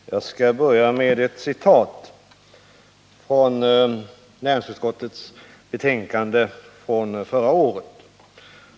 Fru talman! Jag skall börja med att citera ur näringsutskottets betänkande förra året.